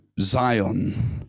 Zion